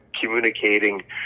communicating